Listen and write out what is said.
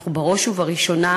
אנחנו בראש ובראשונה,